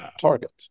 target